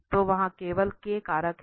तो वहाँ केवल कारक है